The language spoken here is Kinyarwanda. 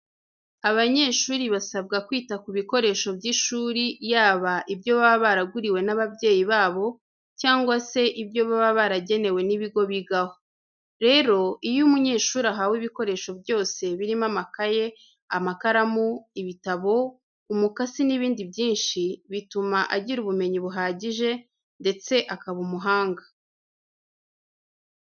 Abanyeshuri basabwa kwita ku bikoresho by'ishuri yaba ibyo baba baraguriwe n'ababyeyi babo cyangwa se ibyo baba baragenewe n'ibigo bigaho. Rero, iyo umunyeshuri ahawe ibikoresho byose birimo amakayi, amakaramu, ibitabo, umukasi n'ibindi byinshi, bituma agira ubumenyi buhagije ndetse akaba umuhanga.